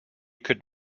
could